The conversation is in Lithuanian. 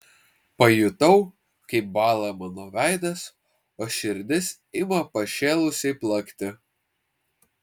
pajutau kaip bąla mano veidas o širdis ima pašėlusiai plakti